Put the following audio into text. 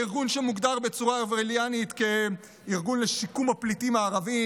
הארגון שמוגדר בצורה אורווליאנית כארגון לשיקום הפליטים הערבים,